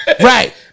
Right